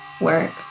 work